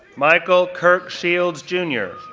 michael kirk shields, jr,